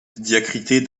diacritée